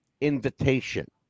invitation